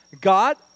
God